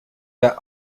der